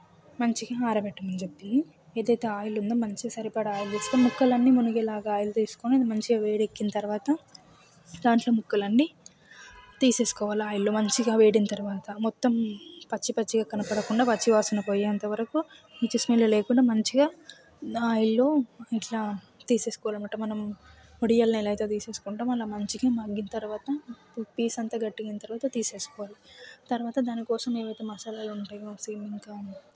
మంచిగా ఆరబెట్టు అని చెప్పింది ఏదైతే ఆయిల్ ఉందో మంచిగా సరిపడా ఆయిల్ తీసుకొని ముక్కలన్నీ మునిగేలా ఆయిల్ తీసుకొని మంచిగా వేడెక్కిన తర్వాత దాంట్లో ముక్కలన్నీ తీసేసుకోవాలి ఆయిల్లో మంచిగా వేడి అయిన తర్వాత మొత్తం పచ్చి పచ్చిగా కనపడకుండా పచ్చివాసన పోయేంతవరకు నీస్ స్మెల్ లేకుండా మంచిగా ఆయిల్లో ఇట్లా తీసేసుకోవాలి అనమాట మనం వడియాల్ని ఎలా అయితే తీసేసుకుంటామో అలా మంచిగా మగ్గిన తర్వాత పీస్ అంత గట్టిగా అయిన తర్వాత తీసేసుకోవాలి తర్వాత దానికోసం ఏవైతే మసాలాలు ఉంటాయో సేమ్ ఇంకా